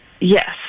Yes